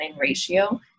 ratio